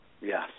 yes